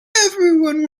everyone